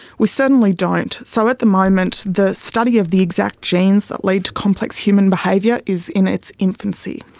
we certainly don't. so at the moment the study of the exact genes that lead to complex human behaviour is in its infancy.